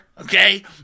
okay